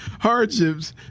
hardships